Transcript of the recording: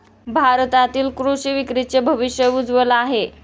भारतातील कृषी विक्रीचे भविष्य उज्ज्वल आहे